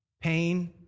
Pain